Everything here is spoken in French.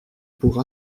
pour